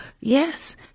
Yes